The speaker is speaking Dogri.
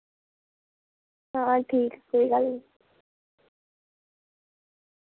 हां ठीक कोई गल्ल नी